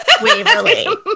Waverly